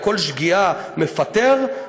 על כל שגיאה מפטר,